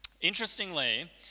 Interestingly